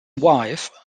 wife